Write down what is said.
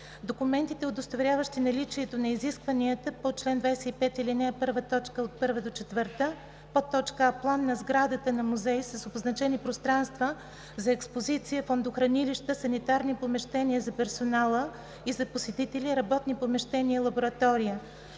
документи, удостоверяващи наличието на изискванията по чл. 25, ал. 1, т. 1 – 4: а) план на сградата за музеи с обозначени пространства за експозиция, фондохранилища, санитарни помещения за персонала и за посетители, работни помещения и лаборатория;